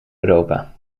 europa